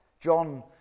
John